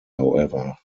however